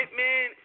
Hitman